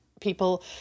people